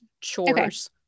chores